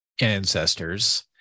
ancestors